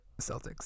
Celtics